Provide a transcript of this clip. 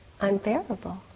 unbearable